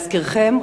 להזכירכם,